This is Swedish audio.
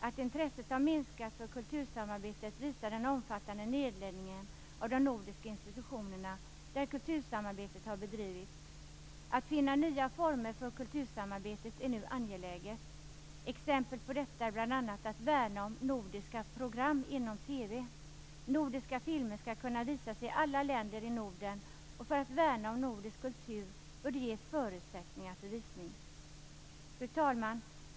Att intresset har minskat för kultursamarbetet visar den omfattande nedläggningen av de nordiska institutionerna, där kultursamarbetet har bedrivits. Att finna nya former för kultursamarbetet är nu angeläget. Det kan t.ex. handla om att värna om nordiska program inom TV. Nordiska filmer skall kunna visas i alla länder i Norden, och för att värna om nordisk kultur bör det ges förutsättningar för visning. Fru talman!